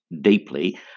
deeply